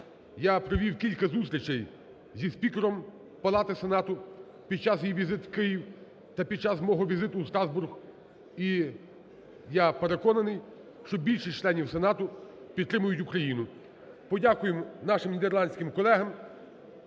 Я провів кілька зустрічей зі спікером палати Сенату під час її візиту в Київ та під час мого візиту в Страсбург і, я переконаний, що більшість членів Сенату підтримують Україну. Подякуємо нашим нідерландським колегам,